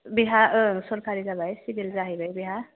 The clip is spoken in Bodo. बेहा सरखारि जाबाय सिभिल जाहैबाय बेहा